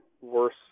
worse